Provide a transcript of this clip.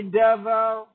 devil